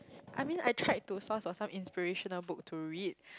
I mean I tried to source for some inspirational book to read